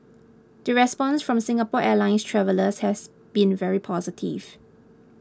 the response from Singapore Airlines travellers has been very positive